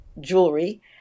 jewelry